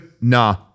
nah